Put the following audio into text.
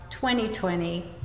2020